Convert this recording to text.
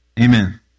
Amen